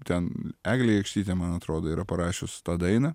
ten eglė jakštytė man atrodo yra parašius tą dainą